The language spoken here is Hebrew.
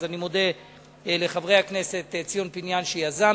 אני מודה לחבר הכנסת ציון פיניאן שיזם